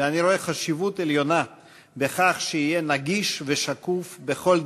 ואני רואה חשיבות עליונה בכך שהוא יהיה נגיש ושקוף בכל דרך,